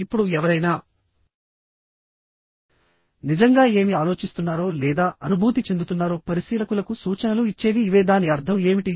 ఇప్పుడు ఎవరైనా నిజంగా ఏమి ఆలోచిస్తున్నారో లేదా అనుభూతి చెందుతున్నారో పరిశీలకులకు సూచనలు ఇచ్చేవి ఇవే దాని అర్థం ఏమిటి